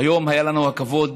היום היה לנו הכבוד